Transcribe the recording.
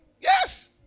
Yes